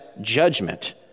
judgment